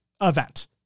event